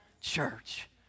church